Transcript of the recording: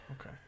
Okay